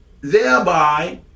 thereby